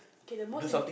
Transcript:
kay the most im~